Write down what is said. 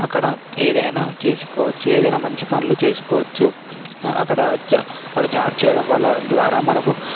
అక్కడ ఏదైనా చేసుకోవచ్చు ఏదైనా మంచిపనులు చేసుకోవచ్చు అక్కడ జ జాబ్ చేయడం ద్వారా కూడా మనకు